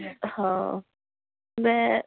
ہاں میں